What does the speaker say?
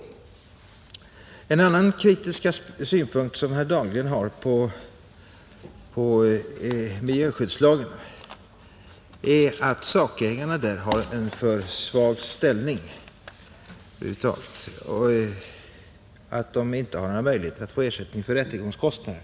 En annan kritisk synpunkt som herr Dahlgren lägger på miljöskyddslagen är att sakägarna där har en för svag ställning över huvud taget och att de inte har några möjligheter att få ersättning för rättegångskostnader.